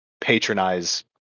patronize